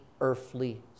earthly